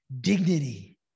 dignity